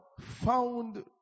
found